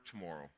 tomorrow